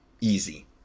easy